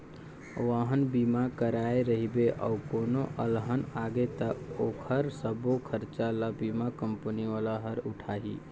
वाहन बीमा कराए रहिबे अउ कोनो अलहन आगे त ओखर सबो खरचा ल बीमा कंपनी वाला हर उठाही